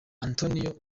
antonio